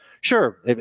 Sure